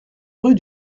rue